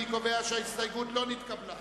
אני קובע שההסתייגות לא נתקבלה.